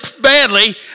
badly